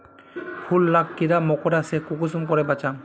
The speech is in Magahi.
फूल लाक कीड़ा मकोड़ा से कुंसम करे बचाम?